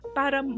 para